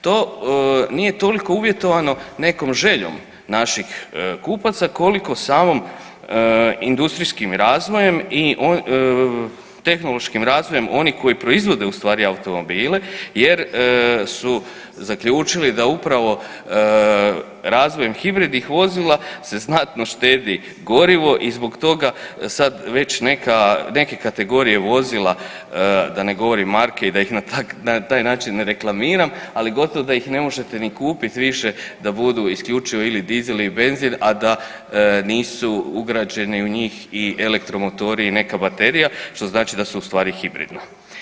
To nije toliko uvjetovano nekom željom naših kupaca koliko samom industrijskim razvojem i tehnološkim razvojem onih koji proizvode automobile jer su zaključili da upravo razvojem hibridnih vozila se znatno štedi gorivo i zbog toga sad već neke kategorije vozila, da ne govorim marke i da ih na taj način reklamiram, ali gotovo da ih ne možete ni kupit više da budu isključivo ili dizel ili benzin, a da nisu ugrađeni u njih i elektromotori i neka baterija što znači da su ustvari hibridna.